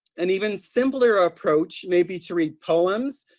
an even simpler approach may be to read poems,